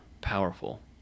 powerful